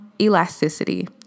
elasticity